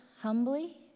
humbly